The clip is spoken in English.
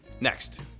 Next